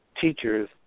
teachers